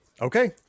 Okay